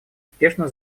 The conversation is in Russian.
успешно